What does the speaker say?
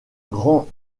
grand